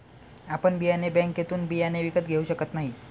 आपण बियाणे बँकेतून बियाणे विकत घेऊ शकत नाही